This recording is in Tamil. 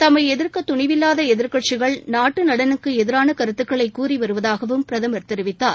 தம்மை எதிர்க்கத் துணிவில்லாத எதிர்க்கட்சிகள் நாட்டு நலனுக்கு எதிரான கருத்துக்களை கூறிவருவதாகவும் பிரதமர் தெரிவித்தார்